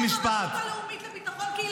זה גוף קטן שנמצא בתוך המשרד לביטחון לאומי,